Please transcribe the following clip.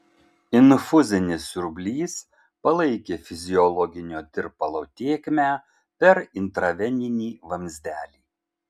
infuzinis siurblys palaikė fiziologinio tirpalo tėkmę per intraveninį vamzdelį